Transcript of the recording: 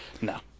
No